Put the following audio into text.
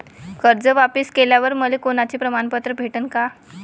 कर्ज वापिस केल्यावर मले कोनचे प्रमाणपत्र भेटन का?